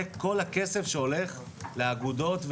זה כל הכסף שהולך לאגודות,